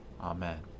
Amen